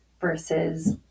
Versus